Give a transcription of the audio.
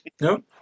No